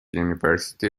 university